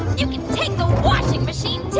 you can take the washing machine,